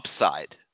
upside